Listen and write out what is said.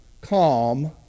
calm